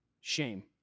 Shame